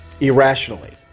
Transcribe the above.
irrationally